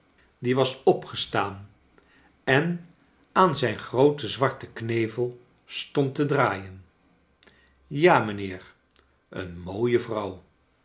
die was opkleine dorrit gestaan en aan zijn grooten zwarten knevel stond te draaien ja mijnheer een mooie vrouw